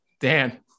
Dan